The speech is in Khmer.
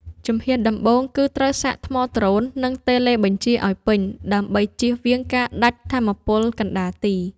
ជំហានដំបូងគឺត្រូវសាកថ្មដ្រូន និងតេឡេបញ្ជាឱ្យពេញ ដើម្បីជៀសវាងការដាច់ថាមពលកណ្ដាលទី។